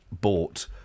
bought